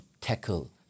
tackle